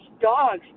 dogs